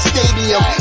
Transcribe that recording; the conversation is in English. Stadium